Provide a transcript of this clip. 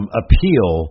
appeal